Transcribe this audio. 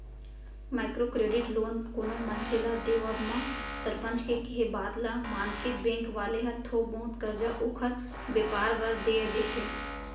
micro credit loan कोनो मनसे ल देवब म सरपंच के केहे बात ल मानके बेंक वाले ह थोक बहुत करजा ओखर बेपार बर देय देथे